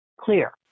clear